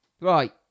Right